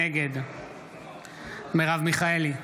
נגד מרב מיכאלי,